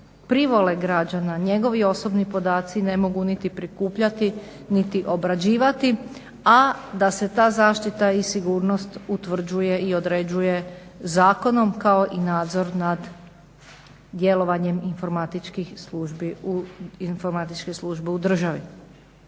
privole građana njegovi osobni podaci ne mogu niti prikupljati niti obrađivati, a da se ta zaštita i sigurnost utvrđuje i određuje zakonom kao i nadzor nad djelovanjem informatičkih službi u državi".